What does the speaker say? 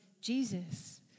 Jesus